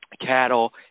cattle